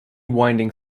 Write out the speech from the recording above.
winding